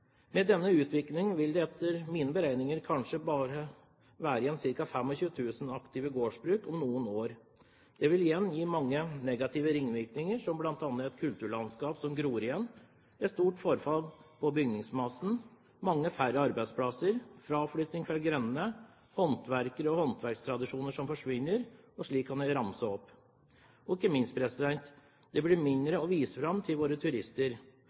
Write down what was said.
Med denne utvikling vil det etter mine beregninger kanskje bare være igjen ca. 25 000 aktive gårdsbruk om noen år. Det igjen vil gi mange negative ringvirkninger, som bl.a. kulturlandskap som gror igjen, med stort forfall i bygningsmassen, mange færre arbeidsplasser, fraflytting fra grendene, håndverkere og håndverkstradisjoner som forsvinner – og slik kan jeg ramse opp – og ikke minst: Det blir mindre å vise fram til våre turister.